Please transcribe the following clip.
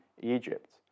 Egypt